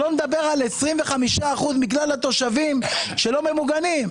שלא לדבר על 25% מכלל התושבים, שלא ממוגנים.